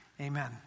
Amen